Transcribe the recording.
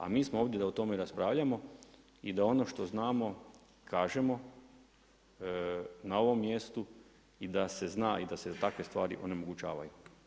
A mi smo ovdje da o tome raspravljamo i da ono što znamo kažemo na ovom mjestu i da se zna i da se takve stvari onemogućavaju.